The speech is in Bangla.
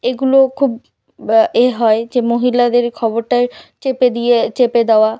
এগুলো খুব ব্য এ হয় যে মহিলাদের খবরটা চেপে দিয়ে চেপে দেওয়া